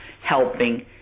helping